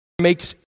makes